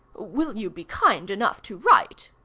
will you be kind enough to write?